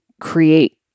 create